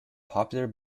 popular